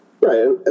Right